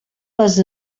les